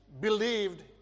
believed